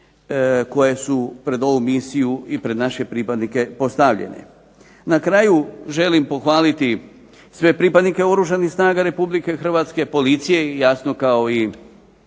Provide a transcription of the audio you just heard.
koje su pred ovu misiju i pred naše pripadnike stavljene. Na kraju želim pohvaliti sve pripadnike Oružanih snaga Republike Hrvatske, policije kao i